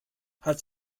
hat